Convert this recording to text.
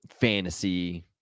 fantasy